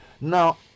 now